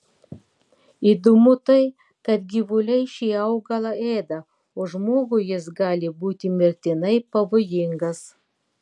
įdomu tai kad gyvuliai šį augalą ėda o žmogui jis gali būti mirtinai pavojingas